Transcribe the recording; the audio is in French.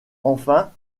enfin